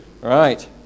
Right